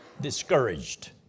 discouraged